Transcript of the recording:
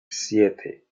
siete